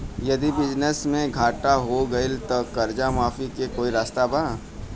यदि बिजनेस मे घाटा हो गएल त कर्जा माफी के कोई रास्ता बा?